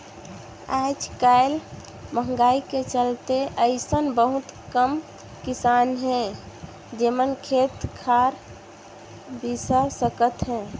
आयज कायल मंहगाई के चलते अइसन बहुत कम किसान हे जेमन खेत खार बिसा सकत हे